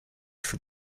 for